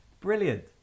brilliant